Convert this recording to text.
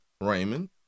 Raymond